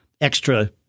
extra